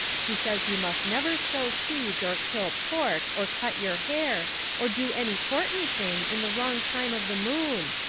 he says you must never sow seeds or kill pork or cut your hair or do any portant thing in the wrong time of the moon.